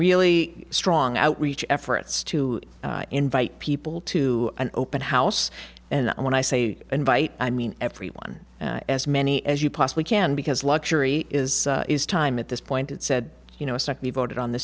really strong outreach efforts to invite people to an open house and when i say invite i mean everyone as many as you possibly can because luxury is is time at this point and said you know struck me voted on the